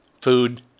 food